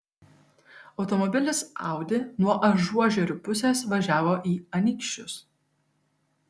automobilis audi nuo ažuožerių pusės važiavo į anykščius